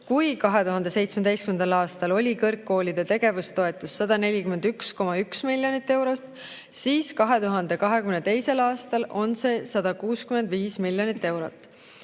Kui 2017. aastal oli kõrgkoolide tegevustoetust 141,1 miljonit eurot, siis 2022. aastal on see 165 miljonit eurot.